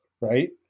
right